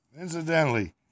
Incidentally